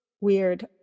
weird